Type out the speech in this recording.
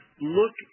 look